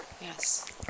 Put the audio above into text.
Yes